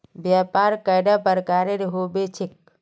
व्यापार कैडा प्रकारेर होबे चेक?